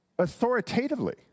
Authoritatively